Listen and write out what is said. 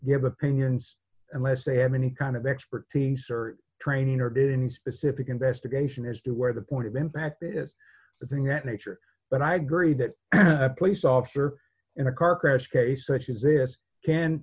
give opinions unless they have any kind of expertise or training or do any specific investigation as to where the point of impact is the thing that nature but i agree that a police officer in a car crash case such as this can